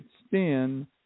extend